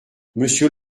monsieur